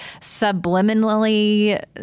subliminally